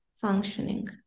functioning